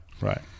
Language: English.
right